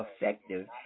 effective